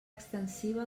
extensiva